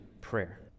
prayer